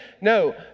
No